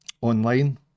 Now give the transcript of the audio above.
online